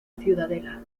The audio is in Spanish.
ciudadela